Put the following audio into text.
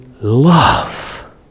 love